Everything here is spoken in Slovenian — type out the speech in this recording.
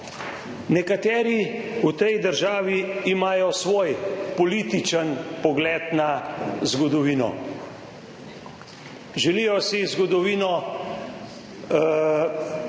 Nekateri v tej državi imajo svoj političen pogled na zgodovino. Želijo si zgodovino